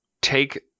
take